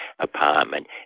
apartment